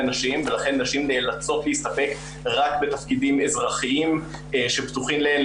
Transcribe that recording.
נשים ולכן נשים נאלצות להסתפק רק בתפקידים אזרחיים שפתוחים להן,